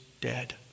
dead